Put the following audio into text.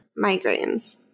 migraines